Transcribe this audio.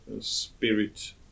spirit